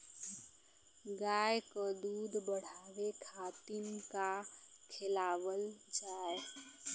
गाय क दूध बढ़ावे खातिन का खेलावल जाय?